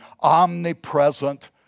omnipresent